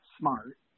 smart